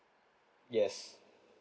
yes